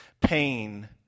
pain